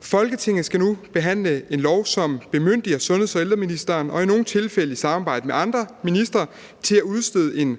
Folketinget skal nu behandle et lovforslag, som bemyndiger sundheds- og ældreministeren og i nogle tilfælde i samarbejde med andre ministre til at udstede en